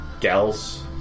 Gals